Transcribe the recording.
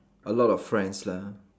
a lot of friends lah